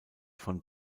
von